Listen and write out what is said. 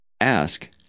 Ask